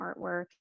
artwork